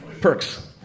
perks